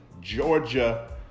Georgia